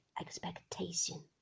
expectation